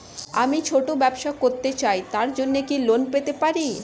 আমি ছোট ব্যবসা করতে চাই তার জন্য কি লোন পেতে পারি?